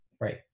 Right